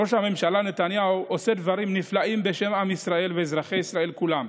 ראש הממשלה נתניהו עושה דברים נפלאים בשם עם ישראל ואזרחי ישראל כולם.